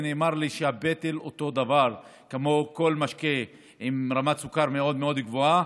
ונאמר לי שהפטל הוא אותו דבר כמו כל משקה עם רמת סוכר מאוד מאוד גבוהה,